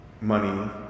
money